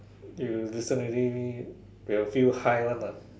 you listen already you will feel high one lah